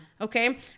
Okay